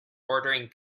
ordering